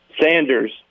Sanders